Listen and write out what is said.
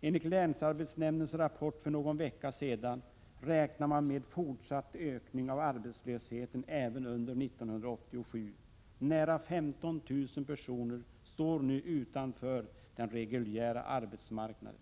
Enligt länsarbetsnämndens rapport för någon vecka sedan räknar man med fortsatt ökning av arbetslös heten även under 1987. Nära 15 000 personer står nu utanför den reguljära arbetsmarknaden.